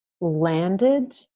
landed